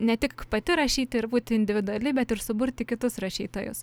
ne tik pati rašyti ir būti individuali bet ir suburti kitus rašytojus